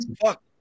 fuck